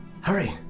Hurry